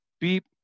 Beep